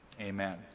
Amen